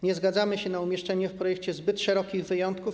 Nie zgadzamy się na umieszczenie w projekcie zbyt szerokich wyjątków.